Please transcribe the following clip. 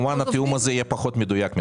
מן הסתם התיאום הזה יהיה פחות מדויק.